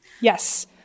Yes